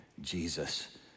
Jesus